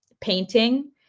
painting